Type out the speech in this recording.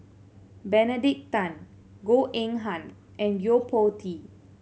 Benedict Tan Goh Eng Han and Yo Po Tee